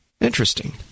Interesting